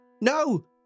No